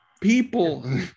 people